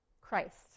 Christ